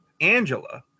Angela